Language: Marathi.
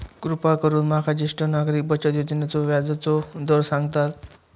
कृपा करून माका ज्येष्ठ नागरिक बचत योजनेचो व्याजचो दर सांगताल